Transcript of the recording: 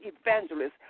evangelists